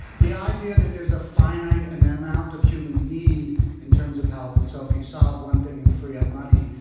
the idea that there's a finite and amount of human need in terms of health and so if you solve one thing and free up money,